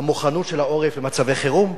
המוכנות של העורף למצבי חירום,